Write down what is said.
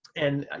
and,